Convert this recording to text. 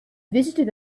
visited